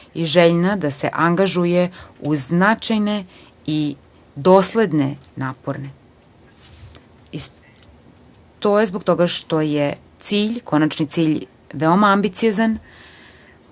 i željna da se angažuje uz značajne i dosledne napore. To je zbog toga što je konačni cilj veoma ambiciozan.